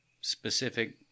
specific